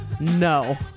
No